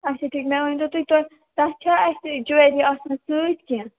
اچھا ٹھیٖک مےٚ ؤنۍ تَو تُہۍ تۄہہِ چھا اَتھ یہِ جیوَلری آسان سۭتۍ کیٚنٛہہ